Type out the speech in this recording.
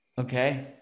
okay